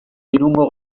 irungo